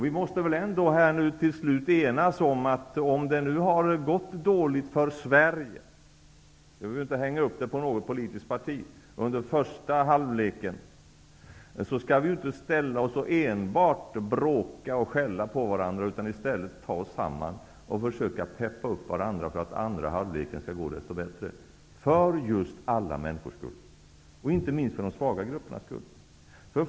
Vi måste till slut enas om, att om det har gått dåligt för Sverige -- vi behöver inte hänga upp det på något politiskt parti -- under första halvleken, skall vi inte ställa oss och enbart bråka och skälla på varandra. I stället skall vi ta oss samman och försöka peppa upp varandra så att andra halvleken går desto bättre. Det här är för alla människors skull, inte minst för de svaga gruppernas skull.